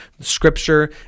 scripture